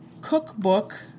cookbook